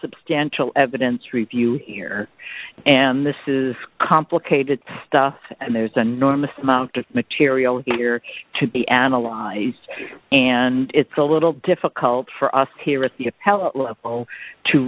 substantial evidence review here and this is complicated stuff and there's an enormous amount of material here to be analyzed and it's a little difficult for us here at the